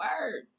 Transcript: word